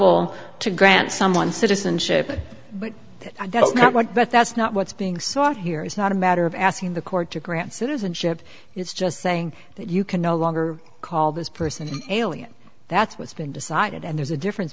stoppel to grant someone citizenship but that's not what but that's not what's being sought here it's not a matter of asking the court to grant citizenship it's just saying that you can no longer call this person alien that's what's been decided and there's a difference